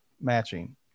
matching